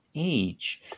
age